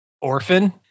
Orphan